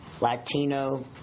Latino